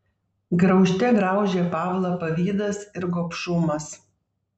graužte graužė pavlą pavydas ir gobšumas